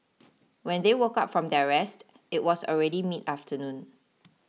when they woke up from their rest it was already midafternoon